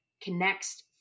connects